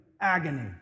agony